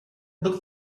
looked